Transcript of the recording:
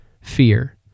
fear